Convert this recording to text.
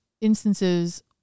instances